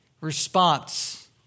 response